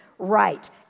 right